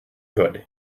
good